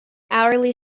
hourly